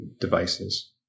devices